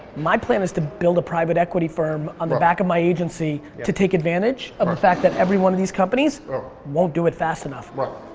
my plan is to build a private equity firm on the back of my agency to take advantage of the fact that every one of these companies won't do it fast enough. right.